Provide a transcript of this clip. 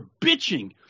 bitching